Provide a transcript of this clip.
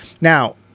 Now